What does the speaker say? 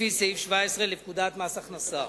לפי סעיף 17 לפקודת מס הכנסה.